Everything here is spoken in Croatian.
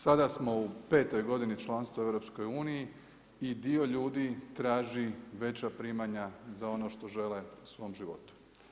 Sada smo u 5 godini članstva EU i dio ljudi traži veća primanja za ono što žele u svom životu.